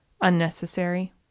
unnecessary